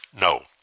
No